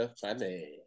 funny